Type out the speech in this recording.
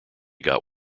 got